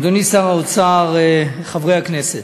אדוני שר האוצר, חברי הכנסת,